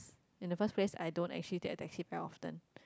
in the first place I don't actually take a taxi very often